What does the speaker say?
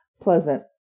pleasant